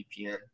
VPN